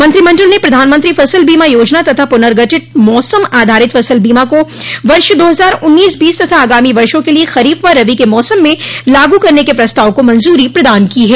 मंत्रिमंडल ने प्रधानमंत्री फ़सल बीमा योजना तथा पुनर्गठित मौसम आधारित फ़सल बीमा को वर्ष दो हज़ार उन्नीस बीस तथा आगामी वर्षो के लिए खरीफ़ व रबी की मौसम में लागू करने के प्रस्ताव को मंजूरी प्रदान की है